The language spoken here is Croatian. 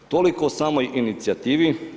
Toliko o samoj inicijativi.